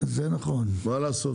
מה לעשות?